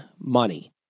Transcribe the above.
money